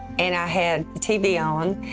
and i had the tv on,